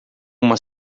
uma